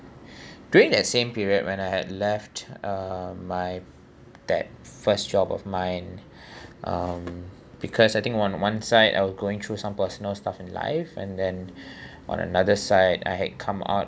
during that same period when I had left uh my that first job of mine um because I think on one side I was going through some personal stuff in life and then on another side I had come out